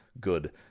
good